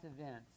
events